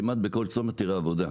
כמעט בכל צומת תראה עבודה.